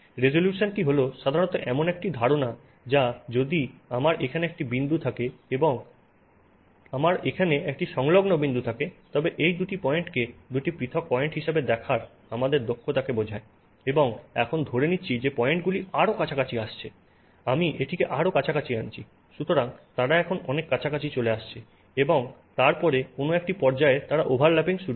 রেজোলিউশনটি হল সাধারণত এমন একটি ধারণা যা যদি আমার এখানে একটি বিন্দু থাকে এবং আমার এখানে একটি সংলগ্ন বিন্দু থাকে তবে এই দুটি পয়েন্টকে দুটি পৃথক পয়েন্ট হিসাবে দেখার আমাদের দক্ষতাকে বোঝায় এবং এখন ধরে নিচ্ছি যে পয়েন্টগুলি আরো কাছাকাছি আসছে আমি এটিকে আরো কাছাকাছি আনছি সুতরাং তারা এখন অনেক কাছাকাছি চলে আসছে এবং তারপরে কোনও একটি পর্যায়ে তারা ওভারল্যাপিং শুরু করে